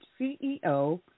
CEO